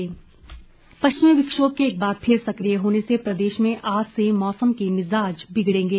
मौसम पश्चिमी विक्षोभ के एक बार फिर सक्रिय होने से प्रदेश में आज से मौसम के मिज़ाज बिगड़ेंगे